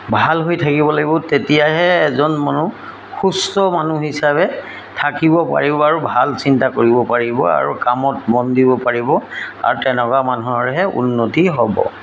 ভাল হৈ থাকিব লাগিব তেতিয়াহে এজন মানুহ সুস্থ মানুহ হিচাপে থাকিব পাৰিব আৰু ভাল চিন্তা কৰিব পাৰিব আৰু কামত মন দিব পাৰিব আৰু তেনেকুৱা মানুহৰহে উন্নতি হ'ব